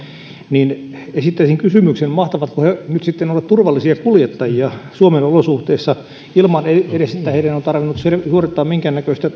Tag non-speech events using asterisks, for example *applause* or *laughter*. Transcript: niin esittäisin kysymyksen että mahtavatko he nyt sitten olla turvallisia kuljettajia suomen olosuhteissa ilman että heidän on edes tarvinnut suorittaa minkäännäköistä *unintelligible*